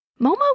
Momo